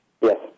Yes